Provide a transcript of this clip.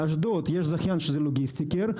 באשדוד יש זכיין שזה לוגיסטיקר.